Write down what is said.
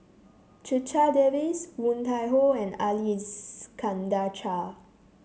Checha Davies Woon Tai Ho and Ali Iskandar Shah